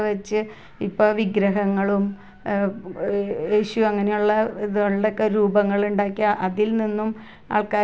അപ്പം ആ വെള്ളം വലിച്ചു വലിച്ച് താഴത്തേക്ക് പോകും കെട്ടി നിൽക്കില്ല കെട്ടി നിന്ന് കഴിഞ്ഞ് കഴിഞ്ഞാൽ നമ്മുടെ ചെടി ഉണങ്ങി പോവില്ല